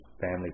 family